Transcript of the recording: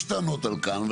יש טענות על כאן,